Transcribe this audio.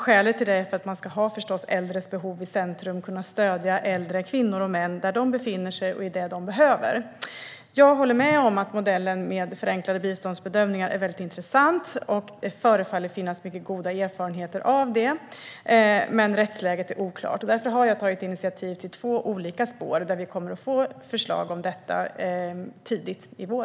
Skälet till det är att man förstås ska ha äldres behov i centrum och kunna stödja äldre kvinnor och män där de befinner sig och i det de behöver. Jag håller med om att modellen med förenklade biståndsbedömningar är intressant. Det förefaller finnas mycket goda erfarenheter av den, men rättsläget är oklart. Därför har jag tagit initiativ till två olika spår, och vi kommer att få förslag om detta tidigt i vår.